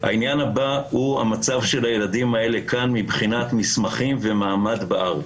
העניין הבא הוא המצב של הילדים האלה כאן מבחינת מסמכים ומעמד בארץ.